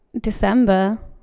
december